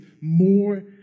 more